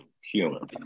human